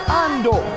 ando